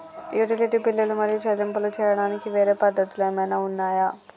Utility బిల్లులు మరియు చెల్లింపులు చేయడానికి వేరే పద్ధతులు ఏమైనా ఉన్నాయా?